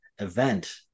event